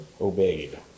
obeyed